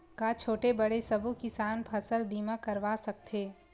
का छोटे बड़े सबो किसान फसल बीमा करवा सकथे?